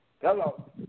Hello